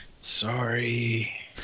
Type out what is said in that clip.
Sorry